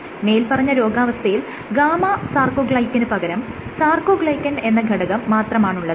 മേല്പറഞ്ഞ രോഗാവസ്ഥയിൽ ഗാമ സാർകോഗ്ലൈക്കന് പകരം സാർകോഗ്ലൈക്കൻ എന്ന ഘടകം മാത്രമാണുള്ളത്